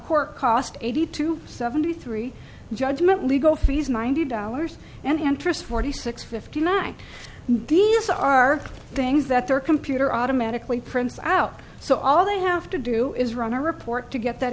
k cost eighty two seventy three judgment legal fees ninety dollars and interest forty six fifty nine these are things that the computer automatically prints out so all they have to do is run a report to get that